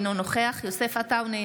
אינו נוכח יוסף עטאונה,